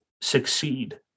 succeed